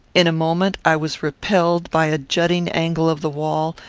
in a moment, i was repelled by a jutting angle of the wall,